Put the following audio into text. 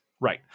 right